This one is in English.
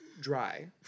Dry